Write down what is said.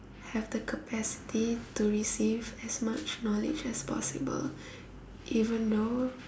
have the capacity to receive as much knowledge as much as possible even though